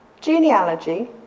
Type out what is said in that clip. genealogy